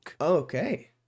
Okay